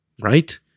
right